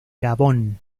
gabón